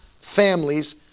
families